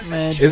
Man